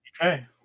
Okay